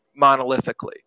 monolithically